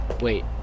Wait